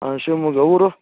ಹಾಂ ಶಿವಮೊಗ್ಗ ಊರು